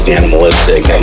animalistic